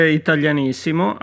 italianissimo